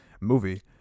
movie